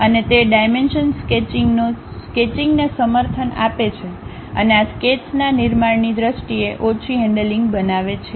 અને તે તે ડાયમેન્શન સ્કેચિંગને સમર્થન આપે છે અને આ સ્કેચ્સના નિર્માણની દ્રષ્ટિએ ઓછી હેન્ડલિંગ બનાવે છે